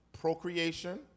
procreation